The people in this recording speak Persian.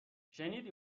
شنیدی